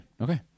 okay